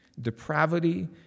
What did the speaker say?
depravity